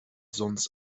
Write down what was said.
sonst